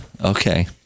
okay